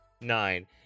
Nine